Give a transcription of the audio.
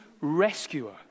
rescuer